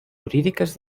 jurídiques